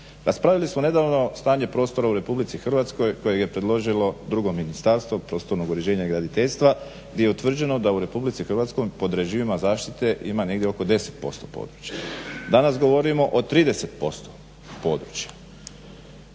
Raspravili smo nedavno stanje prostora u RH kojeg je predložili drugo Ministarstvo prostornog uređenja i graditeljstva gdje je utvrđeno da u RH pod režimima zaštite ima negdje oko 10% područja. Danas govorimo o 30% područja.